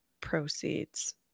proceeds